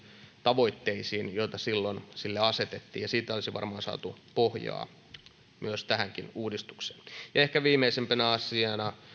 tavoitteisiin joita silloin sille asetettiin siitä olisi varmaan saatu pohjaa tähänkin uudistukseen ehkä viimeisimpänä asiana